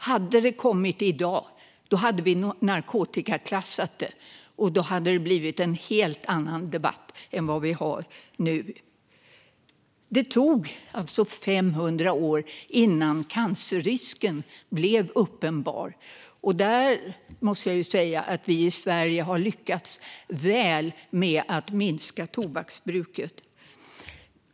Hade det kommit i dag hade vi nog narkotikaklassat det, och då hade det blivit en helt annan debatt än vad vi har nu. Det tog alltså 500 år innan cancerrisken blev uppenbar. Där måste jag säga att vi i Sverige har lyckats väl med att minska tobaksbruket.